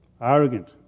arrogant